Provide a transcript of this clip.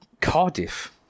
Cardiff